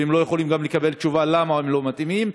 והם גם לא יכולים לקבל תשובה למה הם לא מתאימים.